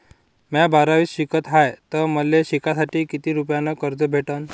म्या बारावीत शिकत हाय तर मले शिकासाठी किती रुपयान कर्ज भेटन?